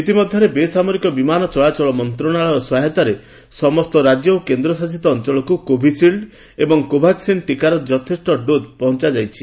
ଇତିମଧ୍ୟରେ ବେସାମରିକ ବିମାନ ଚଳାଚଳ ମନ୍ତ୍ରାଳୟ ସହାୟତାରେ ସମସ୍ତ ରାଜ୍ୟ ଓ କେନ୍ଦ୍ରଶାସିତ ଅଞ୍ଚଳକୁ କୋଭିସିଲ୍ଡ୍ ଏବଂ କୋଭାକ୍ସିନ୍ ଟିକାର ଯଥେଷ୍ଟ ଡୋଜ୍ ପହଞ୍ଚାଯାଇଛି